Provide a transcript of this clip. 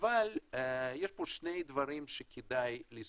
אבל יש שני דברים שכדאי לזכור: